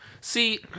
See